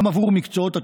גם עבור מקצועות התקשוב,